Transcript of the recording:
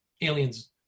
aliens